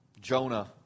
Jonah